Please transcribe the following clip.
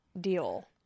deal